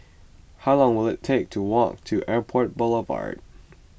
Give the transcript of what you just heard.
how long will it take to walk to Airport Boulevard